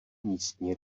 místní